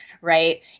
right